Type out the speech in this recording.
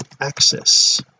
access